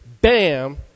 bam